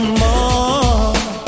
more